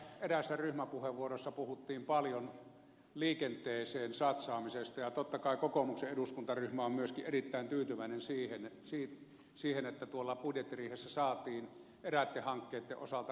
täällä eräässä ryhmäpuheenvuorossa puhuttiin paljon liikenteeseen satsaamisesta ja totta kai kokoomuksen eduskuntaryhmä on myöskin erittäin tyytyväinen siihen että budjettiriihessä saatiin eräitten hankkeitten osalta ratkaisut aikaiseksi